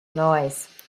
noise